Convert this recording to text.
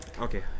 Okay